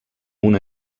una